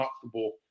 comfortable